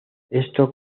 esto